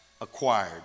acquired